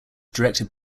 directed